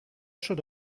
should